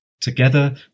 Together